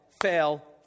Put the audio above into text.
fail